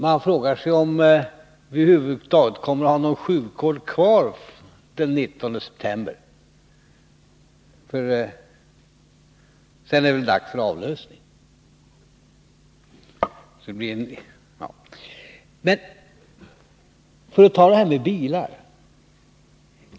Man frågar sig om vi över huvud taget kommer att ha någon sjukvård kvar den 19 september. Sedan är det väl dags för avlösning. Men för att ta detta med bilar!